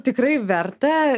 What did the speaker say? tikrai verta